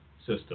system